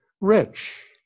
rich